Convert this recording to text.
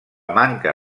manca